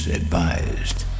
advised